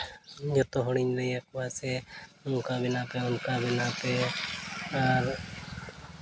ᱡᱚᱛᱚ ᱦᱚᱲᱤᱧ ᱞᱟᱹᱭᱟ ᱠᱚᱣᱟ ᱥᱮ ᱚᱱᱠᱟ ᱵᱮᱱᱟᱣ ᱯᱮ ᱚᱱᱠᱟ ᱵᱮᱱᱟᱣ ᱯᱮ ᱟᱨ